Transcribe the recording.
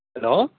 hello